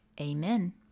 Amen